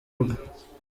bwe